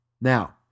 Now